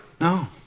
No